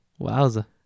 wowza